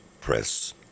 press